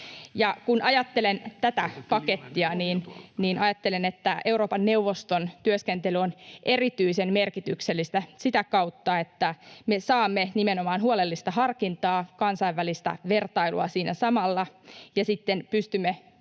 Kun ajattelen tätä pakettia, niin ajattelen, että Euroopan neuvoston työskentely on erityisen merkityksellistä sitä kautta, että me saamme nimenomaan huolellista harkintaa ja kansainvälistä vertailua siinä samalla ja sitten pystymme